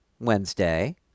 Wednesday